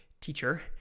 teacher